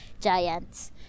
Giants